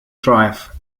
drive